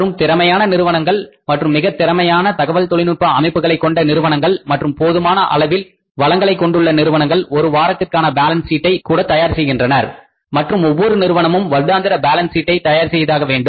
மற்றும் திறமையான நிறுவனங்கள் மற்றும் மிகத் திறமையான தகவல் தொழில்நுட்ப அமைப்புகளைக் கொண்ட நிறுவனங்கள் மற்றும் போதுமான அளவில் வளங்களை கொண்டுள்ள நிறுவனங்கள் ஒரு வாரத்திற்கான பேலன்ஸ் ஷீட்டை கூட தயார் செய்கின்றார்கள் மற்றும் ஒவ்வொரு நிறுவனமும் வருடாந்திர பேலன்ஸ் ஷீட்டை தயார் செய்தே ஆகவேண்டும்